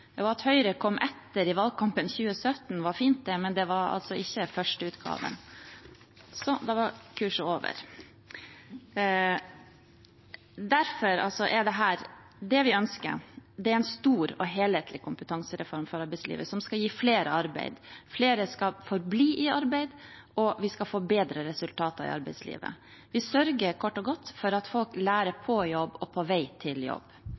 kompetansebygging. At Høyre kom etter i valgkampen i 2017, var fint, men det var altså ikke førsteutgaven. Sånn – da var kurset over. Det vi ønsker, er en stor og helhetlig kompetansereform for arbeidslivet som skal gi flere arbeid, flere skal forbli i arbeid, og vi skal få bedre resultater i arbeidslivet. Vi sørger kort og godt for at folk lærer på jobb og på vei til jobb.